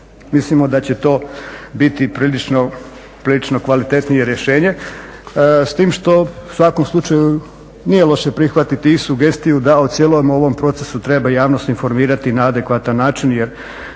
Mislimo da će to biti prilično kvalitetnije rješenje. S time što u svakom slučaju nije loše prihvatiti i sugestiju da o cijelom ovom procesu treba javnost informirati na adekvatan način jer